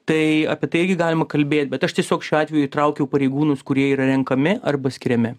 tai apie tai irgi galima kalbėt bet aš tiesiog šiuo atveju įtraukiau pareigūnus kurie yra renkami arba skiriami